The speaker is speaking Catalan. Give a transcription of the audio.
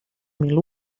mil